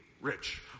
rich